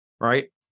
right